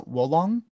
Wolong